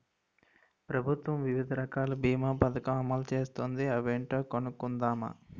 ప్రభుత్వం వివిధ రకాల బీమా పదకం అమలు చేస్తోంది అవేంటో కనుక్కుందామా?